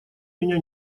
меня